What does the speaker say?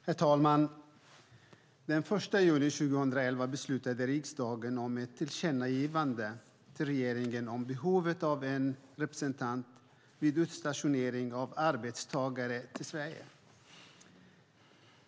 Herr talman! Den 1 juni 2011 beslutade riksdagen om ett tillkännagivande till regeringen om behovet av en representant vid utstationering av arbetstagare till Sverige.